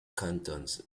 cantons